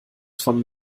von